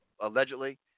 allegedly